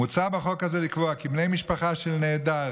מוצע בחוק הזה לקבוע כי בני משפחה של נעדר,